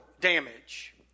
damage